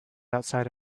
outside